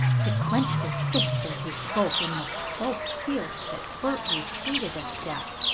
he clenched his fists as he spoke and looked so fierce that bert retreated a step.